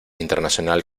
internacional